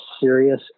serious